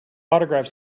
autograph